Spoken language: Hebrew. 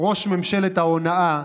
ראש ממשלת ההונאה,